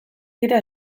dira